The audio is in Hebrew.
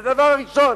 זה הדבר הראשון.